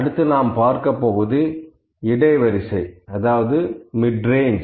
அடுத்து நாம் பார்க்கப் போவது இடை வரிசை அதாவது மிட்ரேஞ்ச்